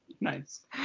Nice